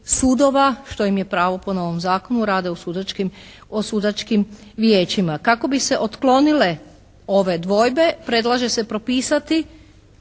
sudova, što im je pravo po novom zakonu rade u sudačkim vijećima. Kako bi se otklonile ove dvojbe predlaže se propisati